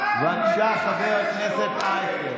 נראה איך אתה מצביע בעד חוק השוויון,